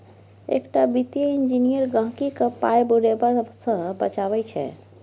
एकटा वित्तीय इंजीनियर गहिंकीक पाय बुरेबा सँ बचाबै छै